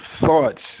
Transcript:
thoughts